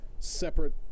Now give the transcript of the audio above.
Separate